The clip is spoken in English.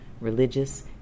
religious